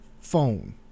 phone